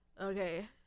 Okay